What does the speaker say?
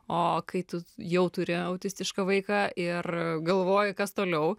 o kai tu jau turi autistišką vaiką ir galvoji kas toliau